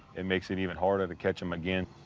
it makes it even harder to catch him again.